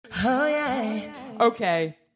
Okay